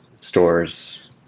stores